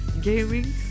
gaming